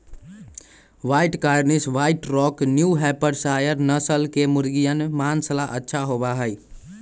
white Cornish, white rock, New Hampshire नस्ल के मुर्गियन माँस ला अच्छा होबा हई